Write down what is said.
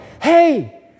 hey